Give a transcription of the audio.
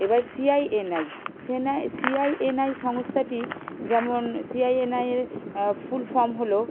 এবার সিআইএনআই সেনাই সিআইএনআই সংস্থাটি যেমন সিআইএনআইয়ের ফুল ফর্ম হলো